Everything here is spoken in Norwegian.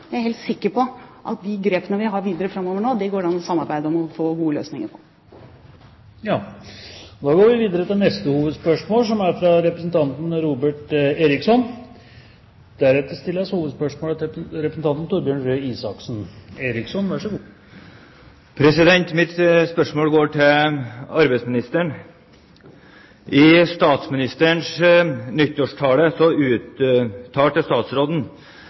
Jeg er helt sikker på at de grepene vi vil ta framover, går det an å samarbeide om og få gode løsninger på. Da går vi videre til neste hovedspørsmål. Mitt spørsmål går til arbeidsministeren. I sin nyttårstale